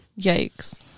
Yikes